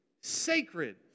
sacred